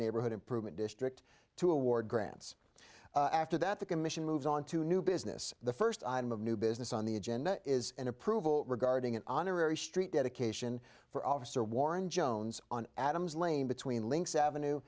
neighborhood improvement district to award grants after that the commission moves on to new business the first item of new business on the agenda is an approval regarding an honorary street dedication for officer warren jones on adams lane between links avenue